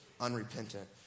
unrepentant